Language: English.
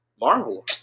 Marvel